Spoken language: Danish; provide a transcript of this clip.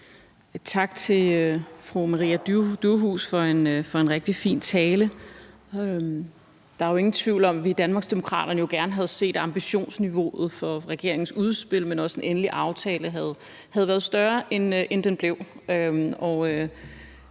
Tak til fru Maria Durhuus for en rigtig fin tale. Der er jo ingen tvivl om, at vi i Danmarksdemokraterne jo gerne havde set, at ambitionsniveauet for regeringens udspil og også den endelige aftale havde været større, end det blev.